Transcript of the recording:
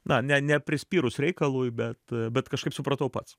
na ne ne prispyrus reikalui bet bet kažkaip supratau pats